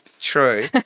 True